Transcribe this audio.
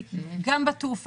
זה גם עולה